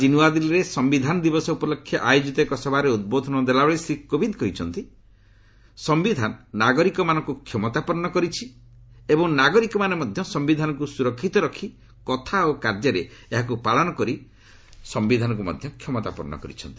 ଆଜି ନୂଆଦିଲ୍ଲୀରେ ସୟିଧାନ ଦିବସ ଉପଲକ୍ଷେ ଆୟୋଜିତ ଏକ ସଭାରେ ଉଦ୍ବୋଧନ ଦେଲାବେଳେ ଶ୍ରୀ କୋବିନ୍ଦ୍ କହିଛନ୍ତି ସମ୍ଭିଧାନ ନାଗରିକମାନଙ୍କୁ କ୍ଷମତାପନ୍ନ କରୁଛି ଏବଂ ନାଗରିକମାନେ ମଧ୍ୟ ସମ୍ଭିଧାନକୁ ସୁରକ୍ଷିତ ରଖି କଥା ଓ କାର୍ଯ୍ୟରେ ଏହାକୁ ପାଳନ କରି ମଧ୍ୟ ସମ୍ଭିଧାନକୁ କ୍ଷମତାପନ୍ନ କରିଛନ୍ତି